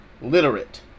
literate